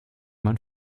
man